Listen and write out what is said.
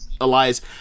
Elias